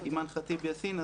אימאן ח'טיב יאסין.